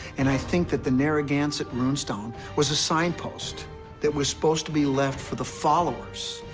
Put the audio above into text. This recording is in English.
and i think that the narragansett rune stone was a signpost that was supposed to be left for the followers